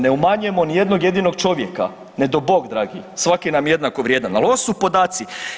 Ne umanjujemo ni jednog jedinog čovjeka, ne do Bog dragi, svaki nam je jednako vrijedan, al ovo su podaci.